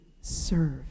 serve